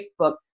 Facebook